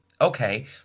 Okay